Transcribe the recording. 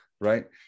right